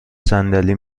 صندلی